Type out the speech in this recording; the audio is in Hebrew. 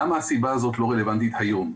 למה הסיבה הזאת לא רלוונטית היום?